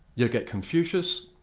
you get confucius,